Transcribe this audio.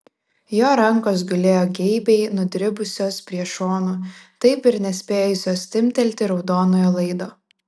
jo rankos gulėjo geibiai nudribusios prie šonų taip ir nespėjusios timptelti raudonojo laido